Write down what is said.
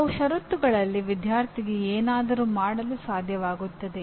ಕೆಲವು ಷರತ್ತುಗಳಲ್ಲಿ ವಿದ್ಯಾರ್ಥಿಗೆ ಏನಾದರೂ ಮಾಡಲು ಸಾಧ್ಯವಾಗುತ್ತದೆ